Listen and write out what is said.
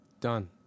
done